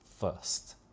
first